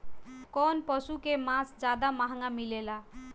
कौन पशु के मांस ज्यादा महंगा मिलेला?